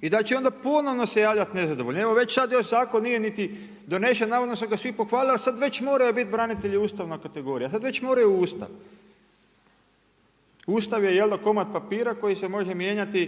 i da će onda ponovno se javljati nezadovoljni, evo već sad još zakon nije niti donesen, navodno su ga svi pohvalili, a sad već moraju biti branitelji ustavna kategorija, sad već moraju u Ustav. Ustav je jel' da, komad papira koji se može mijenjati